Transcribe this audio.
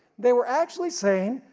they were actually saying,